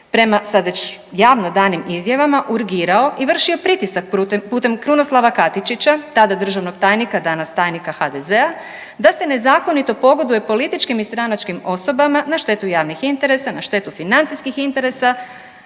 prema sad već javno danim izjavama urgirao i vršio pritisak putem Krunoslava Katičića, tada državnog tajnika, danas tajnika HDZ-a, da se nezakonito pogoduje političkim i stranačkim osobama na štetu javnih interesa, na štetu financijskih interesa